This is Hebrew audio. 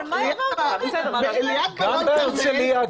גם בהרצליה,